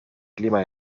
clima